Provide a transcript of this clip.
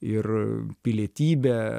ir pilietybę